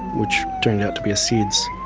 which turned out to be a sids.